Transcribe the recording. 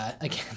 again